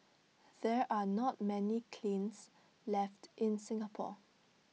there are not many kilns left in Singapore